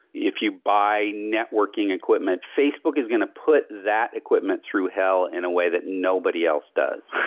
if you buy networking equipment, facebook is going to put that equipment through hell in a way that nobody else does.